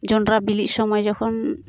ᱡᱚᱸᱰᱨᱟ ᱵᱤᱞᱤᱜ ᱥᱚᱢᱚᱭ ᱡᱚᱠᱷᱚᱱ